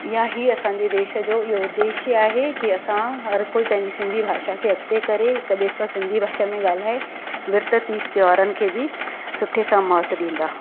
ईअं ई असांजे देश जो उद्देष्य आहे कि असां हर कोई पंहिंजी सिंधी भाषा खे अॻिते करे हिक ॿिए सां सिंधी भाषा में ॻाल्हाइ विर्तु तीज तहिंवारनि खे बि सुठे सां महत्व ॾींदा